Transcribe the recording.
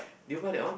did you buy that one